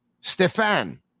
Stefan